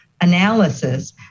analysis